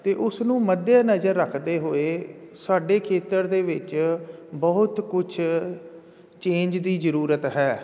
ਅਤੇ ਉਸ ਨੂੰ ਮੱਦੇ ਨਜ਼ਰ ਰੱਖਦੇ ਹੋਏ ਸਾਡੇ ਖੇਤਰ ਦੇ ਵਿੱਚ ਬਹੁਤ ਕੁਝ ਚੇਂਜ ਦੀ ਜ਼ਰੂਰਤ ਹੈ